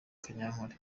kanyankore